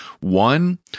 one